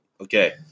Okay